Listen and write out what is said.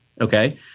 okay